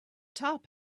top